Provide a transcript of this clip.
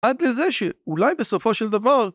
עד לזה שאולי בסופו של דבר...